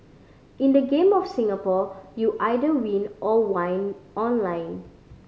in the game of Singapore you either win or whine online